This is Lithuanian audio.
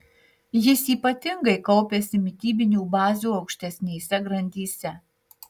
jis ypatingai kaupiasi mitybinių bazių aukštesnėse grandyse